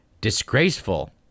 disgraceful